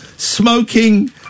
Smoking